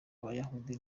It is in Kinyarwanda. abayahudi